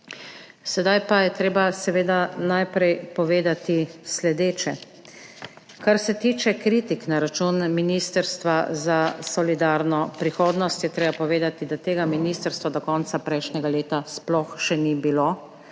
Sedaj pa je treba seveda najprej povedati sledeče. Kar se tiče kritik na račun Ministrstva za solidarno prihodnost, je treba povedati, da tega ministrstva do konca prejšnjega leta sploh še ni bilo,